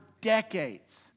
decades